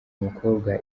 umukobwa